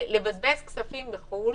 לבזבז כספים בחו"ל,